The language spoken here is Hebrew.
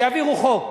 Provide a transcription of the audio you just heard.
שיעבירו חוק.